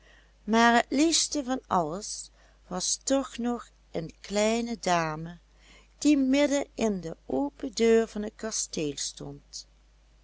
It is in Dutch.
maar het liefste van alles was toch nog een kleine dame die midden in de open deur van het kasteel stond